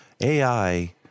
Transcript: AI